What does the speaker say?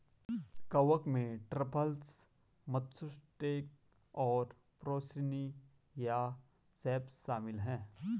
कवक में truffles, matsutake और पोर्सिनी या सेप्स शामिल हैं